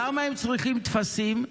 למה הם צריכים טפסים?